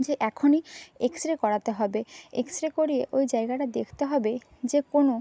যে এখনই X ray করাতে হবে এক্স রে করিয়ে ওই জায়গাটা দেখতে হবে যে কোনও